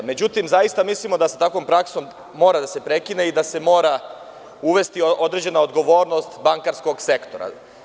Međutim, zaista mislimo da sa takvom praksom mora da se prekine i da se mora uvesti određena odgovornost bankarskog sektora.